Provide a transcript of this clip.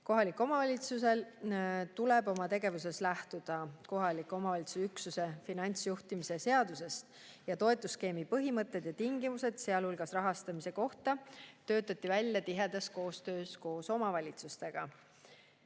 Kohalikel omavalitsustel tuleb oma tegevuses lähtuda kohaliku omavalitsuse üksuse finantsjuhtimise seadusest. Toetusskeemi põhimõtted ja tingimused, sealhulgas rahastamise kohta, töötati välja tihedas koostöös omavalitsustega.